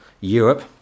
Europe